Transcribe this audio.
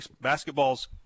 basketball's